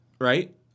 right